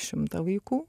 šimtą vaikų